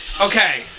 Okay